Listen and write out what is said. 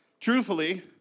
Truthfully